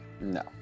no